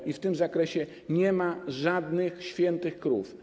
I w tym zakresie nie ma żadnych świętych krów.